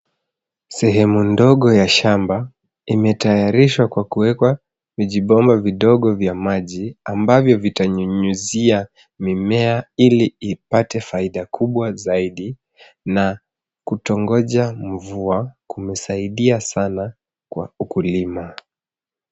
Sehemu ndogo ya shamba imetayarishwa kwa kuweka vijiboma vidogo vya maji ambavyo vitanyunyuzia mimea ili ipate faida kubwa zaidi na kutongoja mvua kumesaidia sana kwa ukulima.